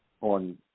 on